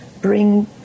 bring